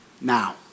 now